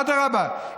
אדרבה,